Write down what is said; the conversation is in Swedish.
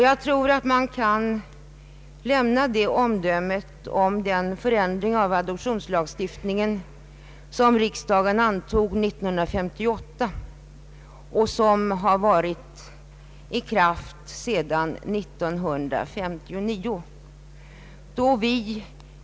Jag tror att man kan lämna detta omdöme om den ändring av adoptionslagstiftningen som riksdagen antog 1958 och som varit i kraft sedan 1959.